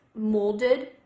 molded